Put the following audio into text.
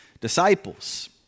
disciples